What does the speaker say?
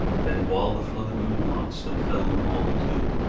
then while the flood of moonlight still fell on the marble tomb,